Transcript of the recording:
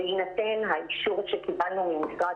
עכשיו בהינתן האישור שקיבלנו ממשרד